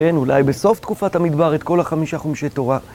אין, אולי בסוף תקופת המדבר את כל החמישה חומשי תורה.